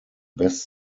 best